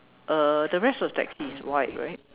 uh the rest of the taxi is white right